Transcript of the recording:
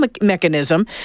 mechanism